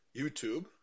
YouTube